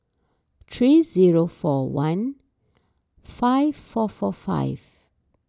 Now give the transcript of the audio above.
three zero four one five four four five